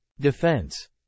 Defense